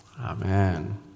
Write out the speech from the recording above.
Amen